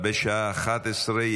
מ/1813.